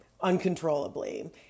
uncontrollably